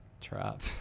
trap